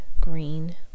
green